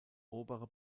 obere